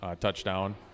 touchdown